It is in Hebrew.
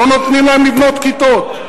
לא נותנים להם לבנות כיתות.